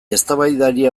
eztabaidari